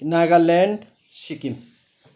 Nagaland Sikkim